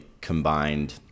combined